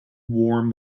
warm